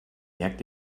merkt